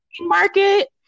market